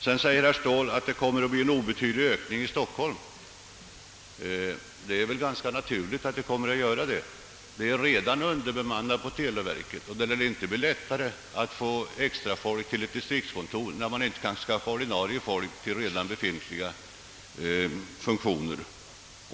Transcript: Sedan säger herr Ståhl att det blir en obetydlig ökning i Stockholm. Det är ganska naturligt att det blir det. Televerket är där redan underbemannat, och det lär inte bli lättare att få extrafolk till ett distriktskontor än att skaffa folk till ordinarie tjänster i televerket.